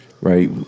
right